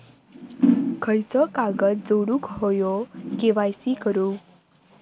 खयचो कागद जोडुक होयो के.वाय.सी करूक?